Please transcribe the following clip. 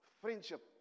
friendship